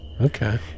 Okay